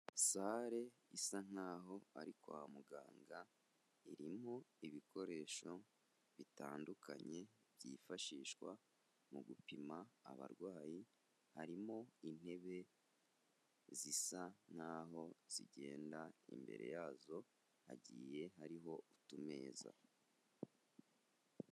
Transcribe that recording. Sare isa nkaho ari kwa muganga, irimo ibikoresho bitandukanye byifashishwa mu gupima abarwayi, harimo intebe zisa nkaho zigenda, imbere yazo hagiye hariho utumeza.